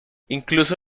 incluso